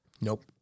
Nope